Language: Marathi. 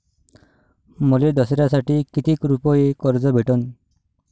मले दसऱ्यासाठी कितीक रुपये कर्ज भेटन?